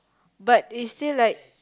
but it still like